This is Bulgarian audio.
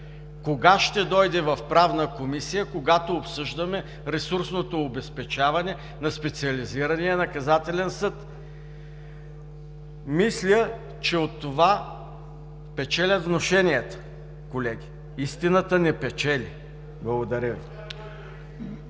Кога ще дойде в Правна комисия – когато обсъждаме ресурсното обезпечаване на Специализирания наказателен съд. Мисля, че от това печелят внушенията, колеги, истината не печели. Благодаря Ви.